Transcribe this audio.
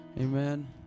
Amen